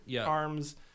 arms